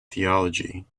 theology